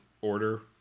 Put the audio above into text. Order